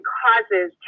causes